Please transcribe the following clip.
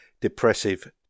Depressive